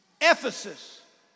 Ephesus